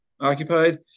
occupied